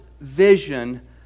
vision